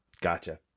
gotcha